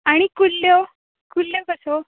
आनी कुल्ल्यो कुल्ल्यो कश्यो